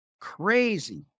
crazy